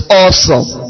awesome